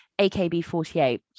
AKB48